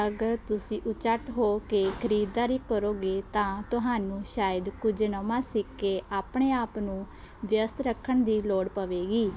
ਅਗਰ ਤੁਸੀਂ ਉਚਾਟ ਹੋ ਕੇ ਖ਼ਰੀਦਦਾਰੀ ਕਰੋਗੇ ਤਾਂ ਤੁਹਾਨੂੰ ਸ਼ਾਇਦ ਕੁਝ ਨਵਾਂ ਸਿੱਖ ਕੇ ਆਪਣੇ ਆਪ ਨੂੰ ਵਿਅਸਤ ਰੱਖਣ ਦੀ ਲੋੜ ਪਵੇਗੀ